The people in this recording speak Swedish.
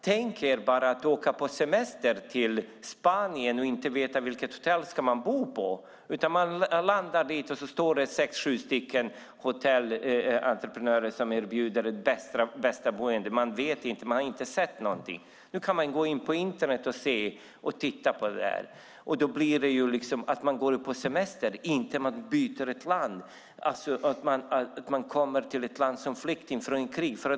Tänk er att åka på semester till Spanien och inte veta vilket hotell man ska bo på, att man landar där och det står sex sju hotellentreprenörer som erbjuder det bästa boendet. Man vet inte vilket man ska välja eftersom man inte sett dem. Nu kan man gå in på Internet och titta på hotellen i förväg. Och då handlar det om att man är på semester, inte om att man byter land och kommer som flykting undan krig.